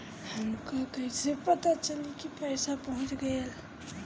हमके कईसे पता चली कि पैसा पहुच गेल?